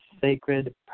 sacred